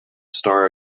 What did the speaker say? starr